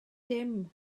dim